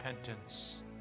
repentance